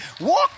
Walk